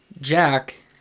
Jack